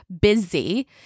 busy